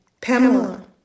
Pamela